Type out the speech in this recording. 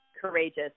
courageous